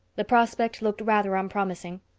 the prospect looked rather unpromising.